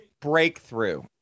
Breakthrough